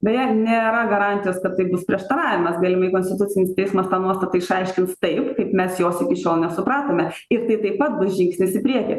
beje nėra garantijos kad tai bus prieštaravimas galimai konstitucinis teismas tą nuostatą išaiškins taip kaip mes jos iki šiol nesupratome ir tai taip pat bus žingsnis į priekį